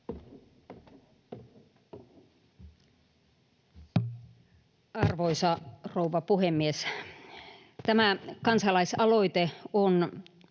Arvoisa rouva puhemies! Tämä kansalaisaloite on